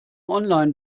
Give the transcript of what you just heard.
online